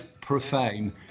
profane